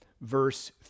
verse